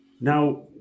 Now